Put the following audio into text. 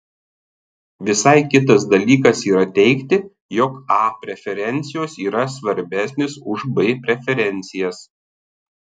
visai kitas dalykas yra teigti jog a preferencijos yra svarbesnės už b preferencijas